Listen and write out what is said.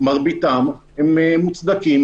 מרביתם הם מוצדקים,